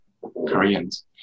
Koreans